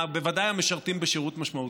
בוודאי המשרתים בשירות משמעותי.